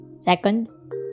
Second